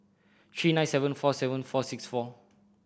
three nine seven four seven four six four